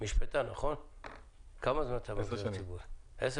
עשר שנים.